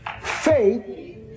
Faith